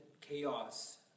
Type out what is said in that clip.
chaos